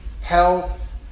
health